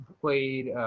played –